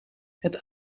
het